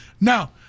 now